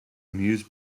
amuse